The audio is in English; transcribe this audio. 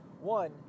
one